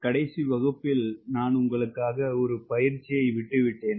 கடைசி வகுப்பில் நான் உங்களுக்காக ஒரு பயிற்சியை விட்டுவிட்டேன்